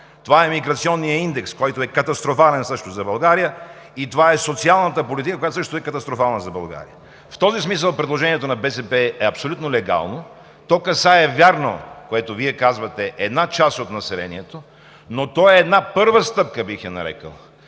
това е миграционният индекс, който за България също е катастрофален; това е социалната политика, която също е катастрофална за България. В този смисъл предложението на БСП е абсолютно легално. То касае, вярно – това, което и Вие казвате, една част от населението, но то е една първа стъпка, бих я нарекъл,